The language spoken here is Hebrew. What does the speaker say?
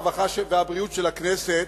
הרווחה והבריאות של הכנסת,